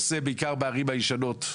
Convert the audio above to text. בעיקר בערים הישנות,